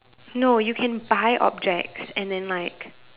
no you can buy objects and then like